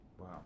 Wow